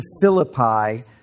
Philippi